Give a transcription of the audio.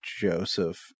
Joseph